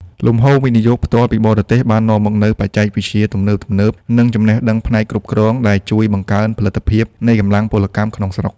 លំហូរ វិនិយោគផ្ទាល់ពីបរទេស បាននាំមកនូវបច្ចេកវិទ្យាទំនើបៗ និងចំណេះដឹងផ្នែកគ្រប់គ្រង ដែលជួយបង្កើនផលិតភាពនៃកម្លាំងពលកម្មក្នុងស្រុក។